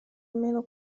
almeno